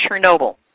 Chernobyl